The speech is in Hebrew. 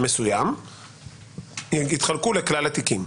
מסוים יתחלקו לכלל התיקים.